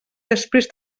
després